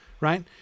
right